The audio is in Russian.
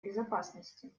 безопасности